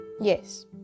Yes